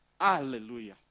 Hallelujah